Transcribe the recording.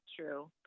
true